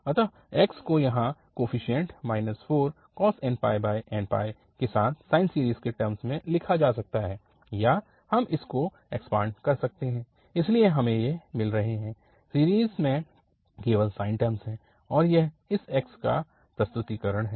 अतः x को यहाँ कोफीशिएंट 4nπcos nπ के साथ साइन सीरीज़ के टर्मस में लिखा जा सकता है या हम इसको एक्सपांड कर सकते हैं इसलिए हमें ये मिल रहे हैं सीरीज़ में केवल साइन टर्मस हैं और यह इस x का प्रस्तुतिकरन है